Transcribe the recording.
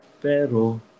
Pero